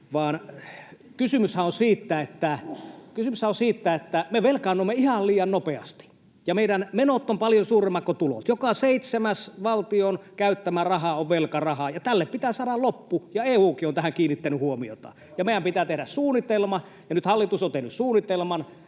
Kysymyshän on siitä, että me velkaannumme ihan liian nopeasti ja meidän menot ovat paljon suuremmat kuin tulot — joka seitsemäs valtion käyttämä raha on velkarahaa — ja tälle pitää saada loppu, ja EU:kin on tähän kiinnittänyt huomiota. Meidän pitää tehdä suunnitelma, ja nyt hallitus on tehnyt suunnitelman,